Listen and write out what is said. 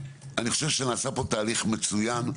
אני חושב שנעשה פה תהליך מצוין,